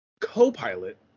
Co-Pilot